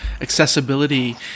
accessibility